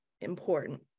important